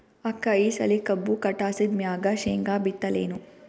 ಅಕ್ಕ ಈ ಸಲಿ ಕಬ್ಬು ಕಟಾಸಿದ್ ಮ್ಯಾಗ, ಶೇಂಗಾ ಬಿತ್ತಲೇನು?